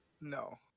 No